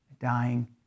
dying